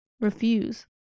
Refuse